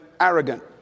arrogant